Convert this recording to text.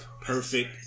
perfect